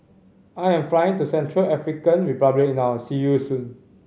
I am flying to Central African Republic now see you soon